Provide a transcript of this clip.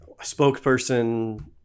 spokesperson